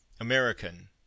American